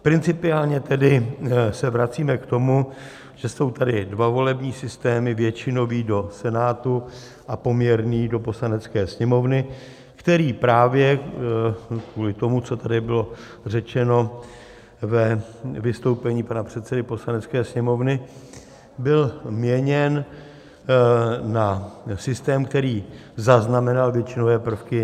Principiálně tedy se vracíme k tomu, že jsou tady dva volební systémy většinový do Senátu a poměrný do Poslanecké sněmovny, který právě kvůli tomu, co tady bylo řečeno ve vystoupení pana předsedy Poslanecké sněmovny, byl měněn na systém, který zaznamenal většinové prvky.